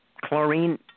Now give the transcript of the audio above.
Chlorine